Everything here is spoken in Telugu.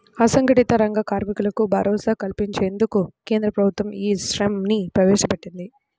అసంఘటిత రంగ కార్మికులకు భరోసా కల్పించేందుకు కేంద్ర ప్రభుత్వం ఈ శ్రమ్ ని ప్రవేశపెట్టింది